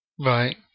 Right